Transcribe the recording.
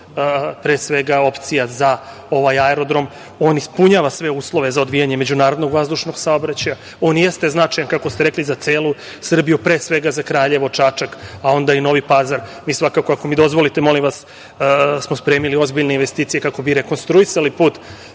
pre svega opcija za ovaj aerodrom. On ispunjava sve uslove za odvijanje međunarodnog vazdušnog saobraćaja. On jeste značajan, kako ste rekli, za celu Srbiju, pre svega za Kraljevo, Čačak, a onda i Novi Pazar. Mi svakako, ako mi dozvolite, molim vas, smo spremili ozbiljne investicije kako bi rekonstruisali put